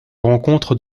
rencontrent